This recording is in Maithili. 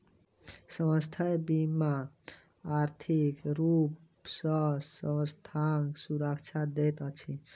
स्वास्थ्य बीमा आर्थिक रूप सॅ स्वास्थ्यक सुरक्षा दैत अछि